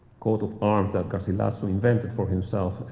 coat of arms that garcilaso invented for himself.